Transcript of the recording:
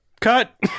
Cut